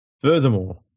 Furthermore